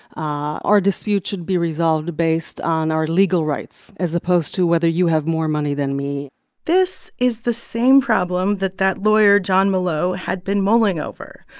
our dispute should be resolved based on our legal rights as opposed to whether you have more money than me this is the same problem that that lawyer jon molot had been mulling over.